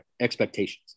expectations